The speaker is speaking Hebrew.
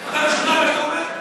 אתה משוכנע במה שאתה אומר?